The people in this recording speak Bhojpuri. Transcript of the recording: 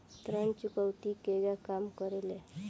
ऋण चुकौती केगा काम करेले?